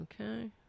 Okay